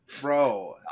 Bro